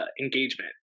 engagement